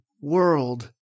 world